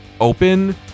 open